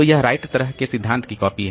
तो यह राइट तरह के सिद्धांत की कॉपी है